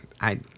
I-